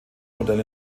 modell